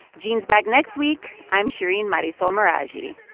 gene's back next week. i'm shereen marisol meraji.